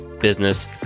business